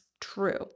true